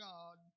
God